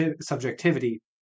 subjectivity